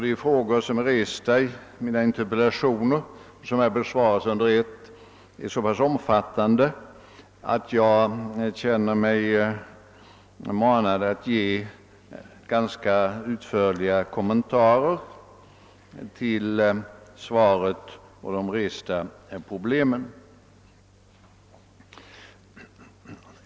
De frågor som är resta i mina interpellationer och som är besvarade under första avsnittet är så pass omfattande, att jag känner mig manad att ge ganska utförliga kommentarer till svaret och de aktualiserade problemen.